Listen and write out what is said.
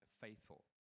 faithful